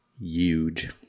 Huge